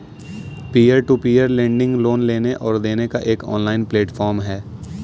peer to peer lending loan लेने और देने का एक ऑनलाइन प्लेटफ़ॉर्म है